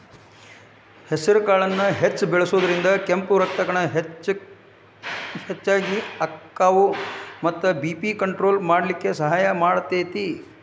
ಹೆಸರಕಾಳನ್ನ ಹೆಚ್ಚ್ ಬಳಸೋದ್ರಿಂದ ಕೆಂಪ್ ರಕ್ತಕಣ ಹೆಚ್ಚಗಿ ಅಕ್ಕಾವ ಮತ್ತ ಬಿ.ಪಿ ಕಂಟ್ರೋಲ್ ಮಾಡ್ಲಿಕ್ಕೆ ಸಹಾಯ ಮಾಡ್ತೆತಿ